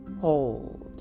hold